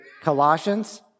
Colossians